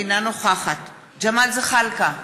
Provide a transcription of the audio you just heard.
אינה נוכחת ג'מאל זחאלקה,